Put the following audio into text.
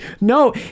No